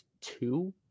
two